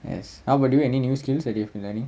yes how about you any new skills that you've been learning